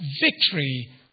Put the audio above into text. victory